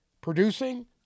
producing